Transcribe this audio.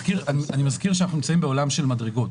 מזכיר שאנחנו נמצאים בעולם של מדרגות.